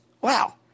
Wow